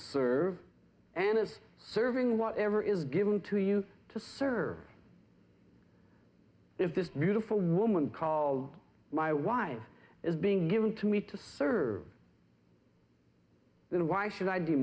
serve and is serving whatever is given to you to serve if this beautiful woman called my wife is being given to me to serve then why should i d